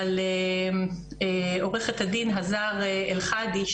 אבל עורכת הדין הזאר אל חדי,